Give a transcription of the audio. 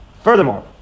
Furthermore